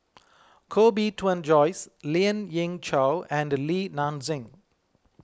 Koh Bee Tuan Joyce Lien Ying Chow and Li Nanxing